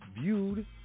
viewed